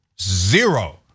zero